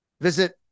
Visit